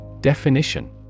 Definition